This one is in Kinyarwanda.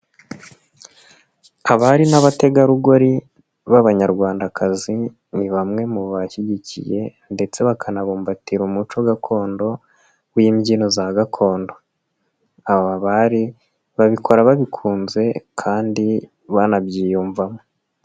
Abari n'abategarugori b'Abanyarwandakazi ni bamwe mu bashyigikiye ndetse bakanabumbatira umuco gakondo n'imbyino za gakondo. Aba bari babikora babikunze kandi banabyiyumvamo.